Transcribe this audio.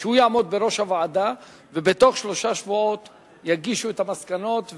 שהוא יעמוד בראש הוועדה ובתוך שלושה שבועות יגישו את המסקנות,